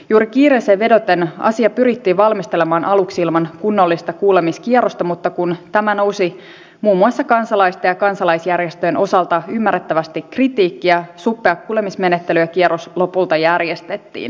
juuri kiireeseen vedoten asia pyrittiin valmistelemaan aluksi ilman kunnollista kuulemiskierrosta mutta kun tämä nosti muun muassa kansalaisten ja kansalaisjärjestöjen osalta ymmärrettävästi kritiikkiä suppea kuulemismenettelykierros lopulta järjestettiin